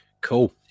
Cool